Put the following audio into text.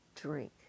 drink